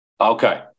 Okay